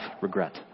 regret